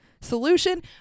solution